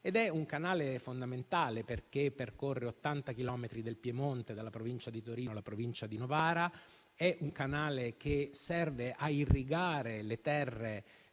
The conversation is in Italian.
È un canale fondamentale, perché percorre 80 chilometri del Piemonte, dalla provincia di Torino alla provincia di Novara; è un canale che serve a irrigare le terre